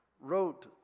wrote